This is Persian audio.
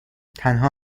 تنها